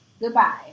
goodbye